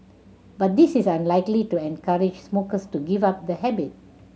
but this is unlikely to encourage smokers to give up the habit